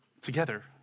together